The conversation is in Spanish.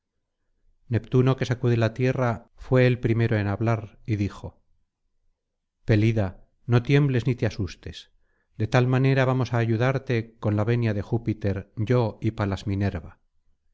neptuno que sacude la tierra fué el primero en hablar y dijo peda no tiembles ni te asustes de tal manera vamos á ayudarte con la venia de júpiter yo y palas minerva